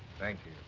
thank you.